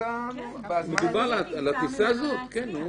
בטיסה --- מדובר על הטיסה הזאת, כן.